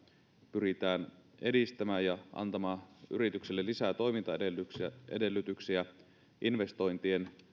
pyritään edistämään ja antamaan yrityksille lisää toimintaedellytyksiä investointien